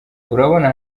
urabona